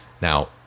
Now